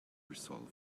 resolved